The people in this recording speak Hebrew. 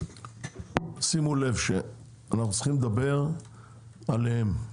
שימו לב שאנחנו צריכים לדבר עליהם.